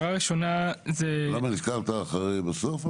למה נזכרת בסוף?